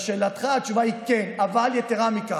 לשאלתך, התשובה היא כן, אבל יתרה מזו,